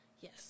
Yes